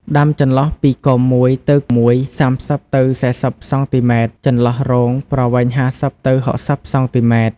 ដាំចន្លោះពីគុម្ព មួយទៅមួយ ៣០ ទៅ ៤០ សង់ទីម៉ែត្រ ចន្លោះរងប្រវែង ៥០ ទៅ ៦០ សង់ទីម៉ែត្រ។